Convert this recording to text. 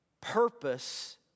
purpose